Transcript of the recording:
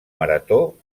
marató